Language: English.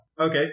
Okay